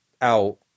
out